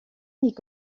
est